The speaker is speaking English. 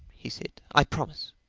he said i promise.